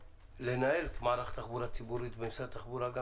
לנהל את מערך התחבורה הציבורית במשרד התחבורה.